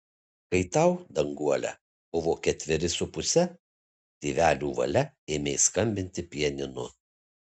kai tau danguole buvo ketveri su puse tėvelių valia ėmei skambinti pianinu